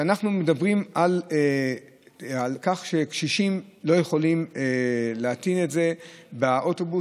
כשאנחנו מדברים על כך שקשישים לא יכולים להטעין את זה באוטובוס,